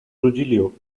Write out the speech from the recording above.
trujillo